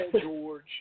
George